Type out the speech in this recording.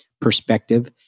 perspective